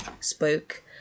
spoke